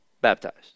baptized